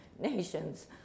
nations